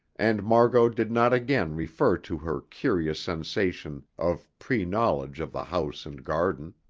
and mar-got did not again refer to her curious sensation of pre-knowledge of the house and garden.